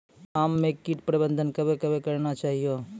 आम मे कीट प्रबंधन कबे कबे करना चाहिए?